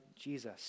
Jesus